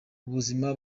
ubuzima